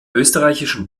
österreichischen